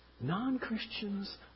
non-Christians